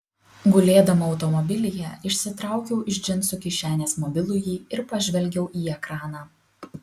gulėdama automobilyje išsitraukiau iš džinsų kišenės mobilųjį ir pažvelgiau į ekraną